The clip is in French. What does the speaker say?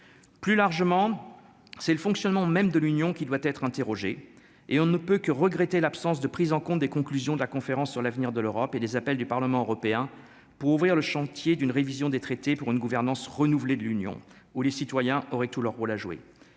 plus largement, c'est le fonctionnement même de l'Union qui doit être interrogé, et on ne peut que regretter l'absence de prise en compte des conclusions de la conférence sur l'avenir de l'Europe et des appels du Parlement européen pour ouvrir le chantier d'une révision des traités pour une gouvernance renouvelée de l'Union oh les citoyens auraient tout leur rôle à jouer,